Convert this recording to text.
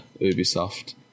ubisoft